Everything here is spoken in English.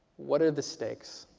what are the stakes?